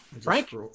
Frank